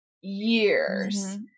years